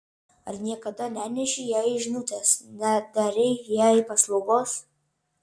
ar niekada nenešei jai žinutės nedarei jai paslaugos